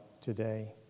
today